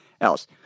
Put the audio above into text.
else